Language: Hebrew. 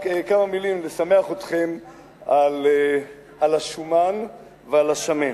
רק כמה מלים לשמח אתכם על השומן ועל השמן.